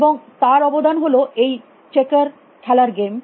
এবং তার অবদান হল এই চেকার খেলার গেম